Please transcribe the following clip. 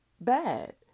bad